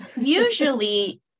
usually